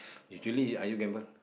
usually are you gamble